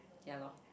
ya lor